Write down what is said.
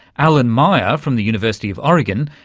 alan meyer from the university of oregon,